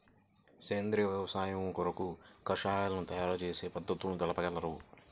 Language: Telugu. సేంద్రియ వ్యవసాయము కొరకు కషాయాల తయారు చేయు పద్ధతులు తెలుపగలరు?